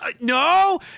No